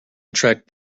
attract